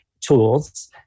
tools